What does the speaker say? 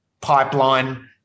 pipeline